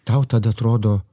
tau tada atrodo